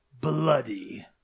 bloody